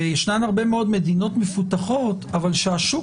ויש הרבה מאוד מדינות מפותחות אבל שהשוק